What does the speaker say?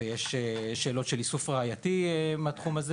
ויש שאלות של איסוף ראייתי מהתחום הזה